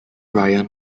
ryan